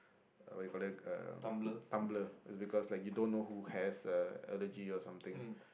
uh what you call there uh tumbler is because like you don't know who has a allergy or something